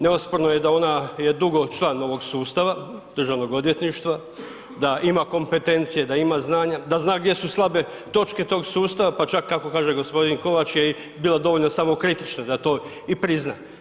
Neosporno je da je ona dugo član ovog sustava državnog odvjetništva, da ima kompetencije, da ima znanja, da zna gdje su slabe točke tog sustava, pa čak kako kaže gospodin Kovač je bila dovoljno i samokritična da to i prizna.